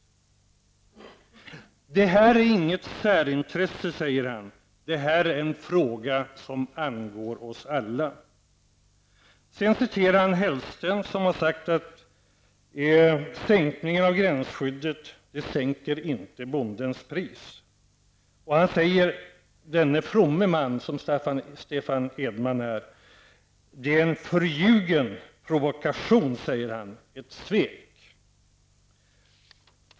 Det här är inget särintresse, säger han vidare, det här är en fråga som angår oss alla. Sedan citerar han Mats Hellström, som har sagt att sänkningen av gränsskyddet inte sänker bondens pris. Denne fromme man, Stefan Edman, säger: Det är en förljugen provokation, ett svek.